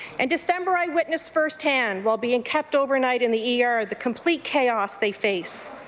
and december i witnessed first hand while being kept overnight in the e r the complete chaos they face.